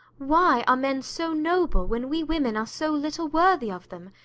why are men so noble when we women are so little worthy of them?